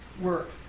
work